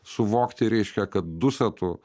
suvokti reiškia kad dusetų